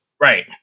Right